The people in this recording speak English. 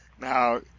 Now